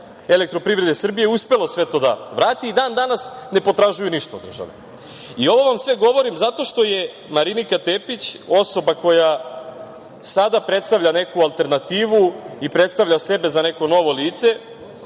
Elektroprivrede Srbije uspelo sve to da vrati i dan danas ne potražuju ništa od države. Ovo vam sve govorim zato što je Marinika Tepić, osoba koja sada predstavlja neku alternativu i predstavlja sebe za neko novo lice,